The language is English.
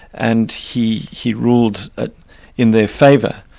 and he he ruled in their favour,